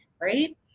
right